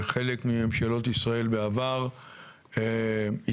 לחלק מממשלות ישראל בעבר התנגדתי,